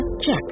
Check